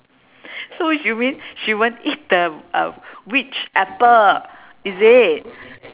so you mean she won't eat the uh witch apple is it